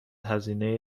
هزینه